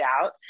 out